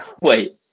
Wait